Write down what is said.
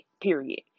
period